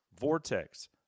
Vortex